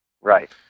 Right